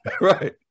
right